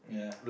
yeah